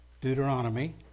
Deuteronomy